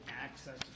access